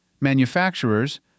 Manufacturers